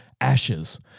ashes